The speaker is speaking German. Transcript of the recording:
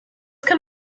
kann